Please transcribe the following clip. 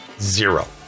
Zero